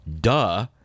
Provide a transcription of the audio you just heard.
Duh